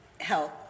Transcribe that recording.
health